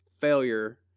failure